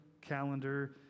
calendar